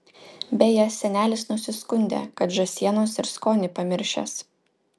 beje senelis nusiskundė kad žąsienos ir skonį pamiršęs